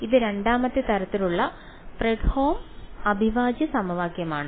ഇത് രണ്ടാമത്തെ തരത്തിലുള്ള ഫ്രെഡ്ഹോം അവിഭാജ്യ സമവാക്യമാണ്